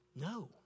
No